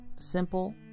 simple